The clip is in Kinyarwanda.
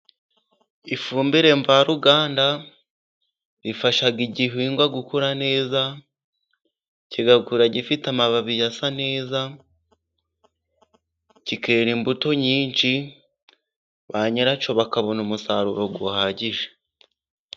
Ifumbire mvaruganda ifasha igihingwa gukura neza, kigakura gifite amababi asa neza, kikera imbuto nyinshi, ba nyiracyo bakabona umusaruro uhagije.